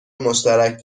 مشترک